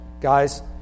Guys